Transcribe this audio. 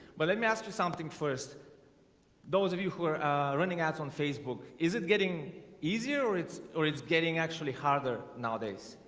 but let me ask you something first those of you who are running ads on facebook. is it getting easier? it's or it's getting actually harder nowadays